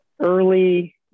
Early